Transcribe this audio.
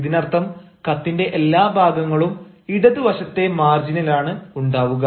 ഇതിനർത്ഥം കത്തിന്റെ എല്ലാ ഭാഗങ്ങളും ഇടതുവശത്തെ മാർജിനിൽ ആണ് ഉണ്ടാവുക